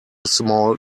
small